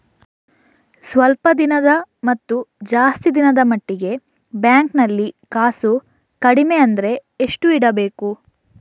ಸ್ವಲ್ಪ ದಿನದ ಮತ್ತು ಜಾಸ್ತಿ ದಿನದ ಮಟ್ಟಿಗೆ ಬ್ಯಾಂಕ್ ನಲ್ಲಿ ಕಾಸು ಕಡಿಮೆ ಅಂದ್ರೆ ಎಷ್ಟು ಇಡಬೇಕು?